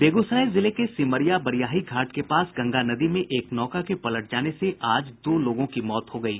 बेगूसराय जिले के सिमरिया बरियाही घाट के पास गंगा नदी में एक नौका पलट जाने से आज दो लोगों की मौत हो गयी